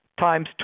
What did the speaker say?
times